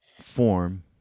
form